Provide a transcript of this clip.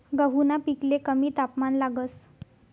गहूना पिकले कमी तापमान लागस